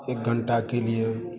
एक घंटे के लिए